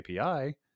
API